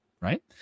Right